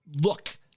look